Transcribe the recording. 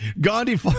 Gandhi